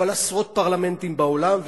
אבל עשרות פרלמנטים בעולם,